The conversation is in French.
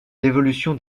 l’évolution